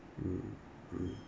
mm mm